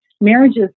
marriages